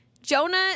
Jonah